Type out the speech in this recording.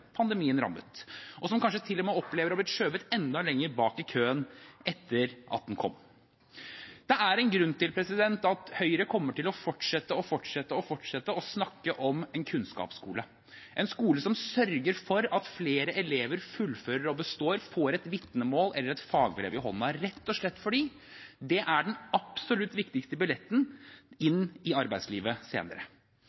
pandemien rammet, og som kanskje til og med opplever å ha blitt skjøvet enda lenger bak i køen etter at den kom. Det er en grunn til at Høyre kommer til å fortsette og fortsette og fortsette å snakke om en kunnskapsskole, en skole som sørger for at flere elever fullfører og består, får et vitnemål eller et fagbrev i hånden, rett og slett fordi det er den absolutt viktigste billetten